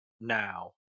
now